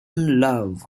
love